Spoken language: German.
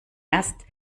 erst